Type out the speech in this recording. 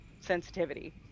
sensitivity